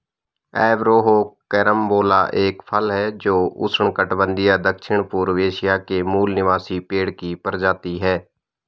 Averrhoa carambola का फल है जो उष्णकटिबंधीय दक्षिणपूर्व एशिया के मूल निवासी पेड़ की प्रजाति है